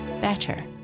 better